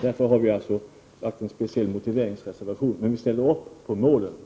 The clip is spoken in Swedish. Därför har vi avgivit en speciell motiveringsreservation. Vi ställer upp på målen.